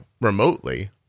remotely